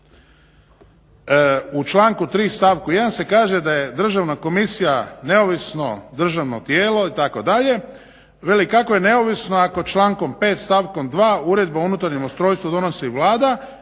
u članku 3.stavku 1.se kaže da je državna komisija neovisno državno tijelo itd. veli kako je neovisno ako člankom 5.stavkom 2.uredbom o unutarnjem ustrojstvu donosi Vlada